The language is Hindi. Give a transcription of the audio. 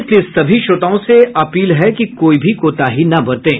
इसलिए सभी श्रोताओं से अपील है कि कोई भी कोताही न बरतें